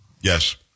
yes